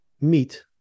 meet